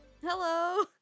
Hello